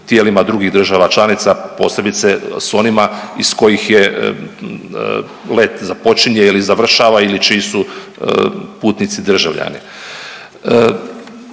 tijelima drugih država članica posebice s onima iz kojih je let započinje ili završava ili čiji su putnici državljani.